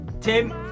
Tim